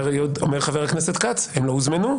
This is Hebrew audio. אומר חבר הכנסת כץ: הם לא הוזמנו.